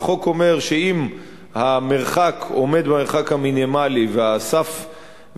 והחוק אומר שאם המרחק עומד במרחק המינימלי והקרינה